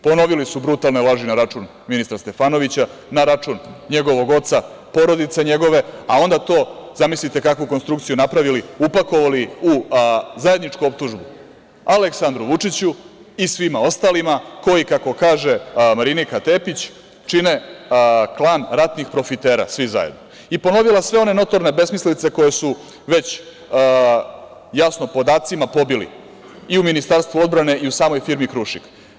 Ponovili su brutalne laži na račun ministra Stefanovića, na račun njegovog oca, porodice njegove, a onda to, zamislite, kakvu konstrukciju napravili, upakovali u zajedničku optužbu Aleksandru Vučiću i svima ostalima koji, kako kaže Marinika Tepić – čine klan ratnih profitera svi zajedno, i ponovila sve one notorne besmislice koje su već jasno podacima pobili i u Ministarstvu odbrane i u samoj firmi „Krušik“